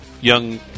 young